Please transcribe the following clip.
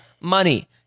money